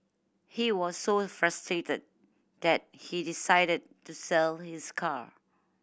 he was so frustrated that he decided to sell his car